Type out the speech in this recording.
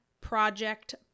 project